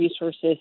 resources